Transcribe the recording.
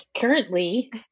currently